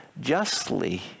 justly